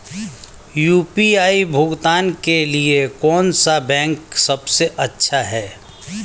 UPI भुगतान के लिए कौन सा बैंक सबसे अच्छा है?